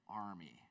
army